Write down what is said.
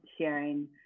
sharing